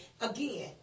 again